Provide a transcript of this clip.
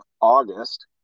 August